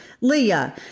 Leah